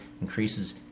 increases